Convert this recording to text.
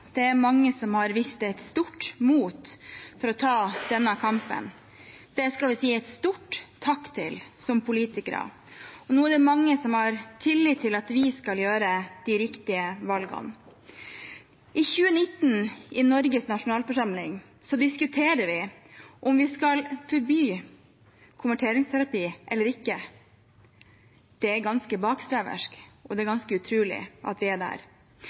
det er mange som har vist et stort mot for å ta denne kampen. Det skal vi som politikere si en stor takk for. Nå er det mange som har tillit til at vi skal gjøre de riktige valgene. I 2019 i Norges nasjonalforsamling diskuterer vi om vi skal forby konverteringsterapi eller ikke. Det er ganske bakstreversk, og det er ganske utrolig at vi er der.